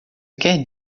quer